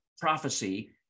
prophecy